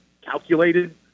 calculated